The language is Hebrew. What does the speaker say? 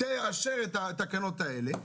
תאשר את התקנות האלה,